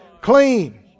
Clean